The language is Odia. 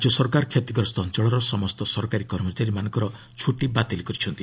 ରାଜ୍ୟ ସରକାର କ୍ଷତିଗ୍ରସ୍ତ ଅଞ୍ଚଳର ସମସ୍ତ ସରକାରୀ କର୍ମଚାରୀମାନଙ୍କର ଛୁଟି ବାତିଲ୍ କରିଛନ୍ତି